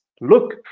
Look